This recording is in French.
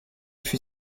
fut